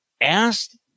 asked